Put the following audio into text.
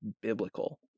biblical